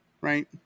right